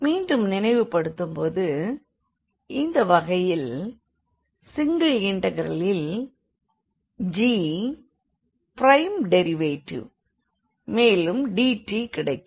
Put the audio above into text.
மீண்டும் நினைவு படுத்தும் போது இந்த வகையில் சிங்கிள் இண்டெக்ரலில் g பிரைம் டெரிவேட்டிவ் மேலும் dt கிடைக்கும்